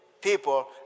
people